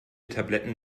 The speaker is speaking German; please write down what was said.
tabletten